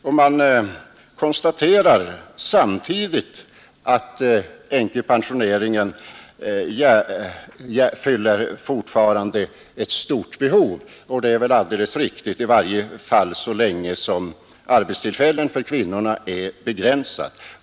Vidare konstaterar kommittén att änkepensioneringen fortfarande fyller ett stort behov, och det är väl alldeles riktigt, åtminstone så länge tillgången på arbetstillfällen för kvinnorna är begränsad.